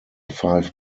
five